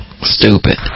stupid